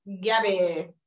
Gabby